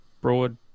broad